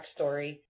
backstory